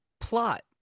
plot